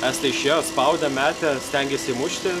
estai išėjo spaudė metė stengės įmušti